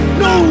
no